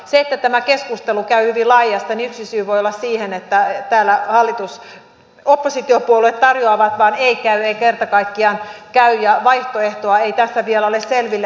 siihen että tätä keskustelua käydään hyvin laajasti yksi syy voi olla se että täällä oppositiopuolueet tarjoavat vain että ei käy ei kerta kaikkiaan käy ja vaihtoehtoa ei tässä vielä ole selvillä